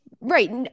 right